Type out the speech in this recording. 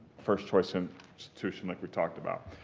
first choice and institution like we talked about.